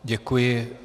Děkuji.